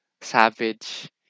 Savage